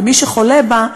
במי שחולה בה,